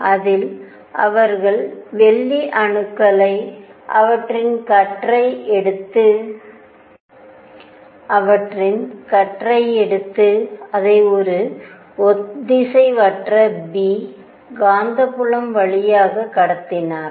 அதில் அவர்கள் வெள்ளி அணுக்களை அவற்றின் கற்றை எடுத்து அதை ஒரு ஒத்திசைவற்ற B காந்தப்புலம் வழியாகக் கடத்தினார்